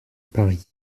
paris